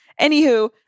Anywho